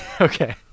Okay